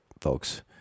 folks